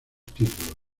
títulos